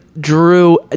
drew